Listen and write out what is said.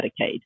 Medicaid